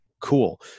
Cool